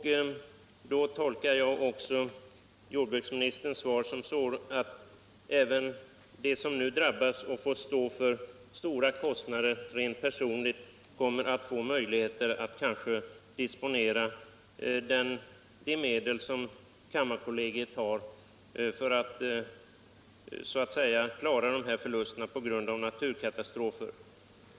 Jag tolkar jordbruksministerns svar så, att de som nu drabbas och personligen får stå för höga kostnader får möjligheter att disponera de medel som kammarkollegiet har för att täcka förluster på grund av naturkatastrofer.